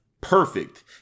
perfect